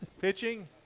pitching